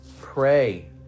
pray